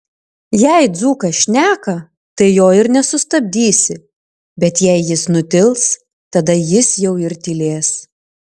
jei dzūkas šneka tai jo ir nesustabdysi bet jei jis nutils tada jis jau ir tylės